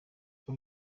uko